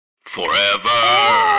Forever